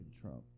trump